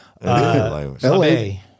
L-A